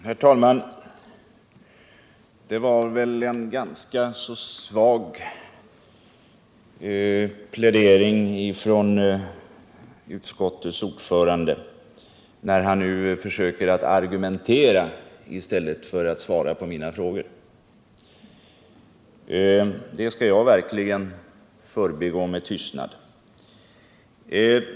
Herr talman! Det var en ganska svag plädering utskottets ordförande presterade när han försökte argumentera i stället för att svara på mina frågor. Det skall jag verkligen förbigå med tystnad.